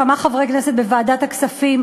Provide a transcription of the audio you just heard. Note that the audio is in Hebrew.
כמה חברי כנסת בוועדת הכספים,